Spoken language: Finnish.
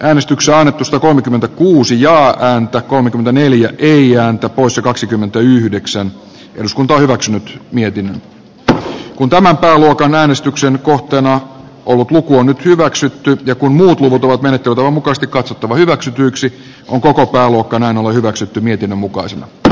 äänestykseen jo kolmekymmentäkuusi jaa ääntä kolmekymmentäneljä eiranto kuusi kaksikymmentäyhdeksän eduskunta hyväksynyt tärkeätä että kun tämä muuten äänestyksen kohteena ollut salissa vanhan käytännön mukaan seisovat vain ne todella mukavasti katsottava hyväksytyksi kun koko joilla on hyväksytty mietinnön mukaisen r